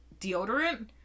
deodorant